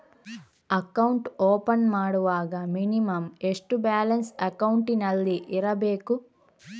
Account open ಮಾಡುವಾಗ minimum ಎಷ್ಟು balance ಅಕೌಂಟಿನಲ್ಲಿ ಇರಬೇಕು?